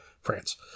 France